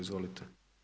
Izvolite.